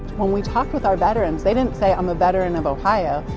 when we talk with our veterans, they didn't say, i'm a veteran of ohio.